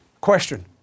Question